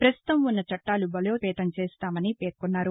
ప్రస్తుతం ఉన్న చట్టాలు బలోపేతం చేస్తామని పేర్కొన్నారు